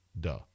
Duh